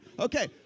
Okay